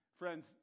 friends